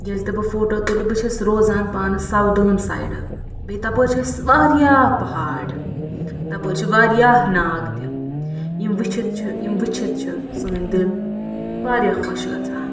ییٚلہِ تہِ بہٕ فوٹوٗ تُلہٕ بہٕ چھَس روزان پانہٕ سودٲن سایڈٕ بیٚیہِ تَپٲرۍ چھَس واریاہ پہاڑ تپٲرۍ چھِ واریاہ ناگ تہِ یِم وُچِتھ چھِ یِم وُچِتھ چھِ سٲنۍ دِل واریاہ خۄش گژھان